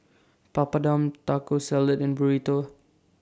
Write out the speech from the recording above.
Papadum Taco Salad and Burrito